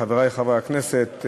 חברי חברי הכנסת,